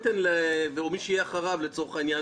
או מי שיהיה אחריו לצורך העניין,